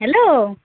hello